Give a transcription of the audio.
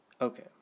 Okay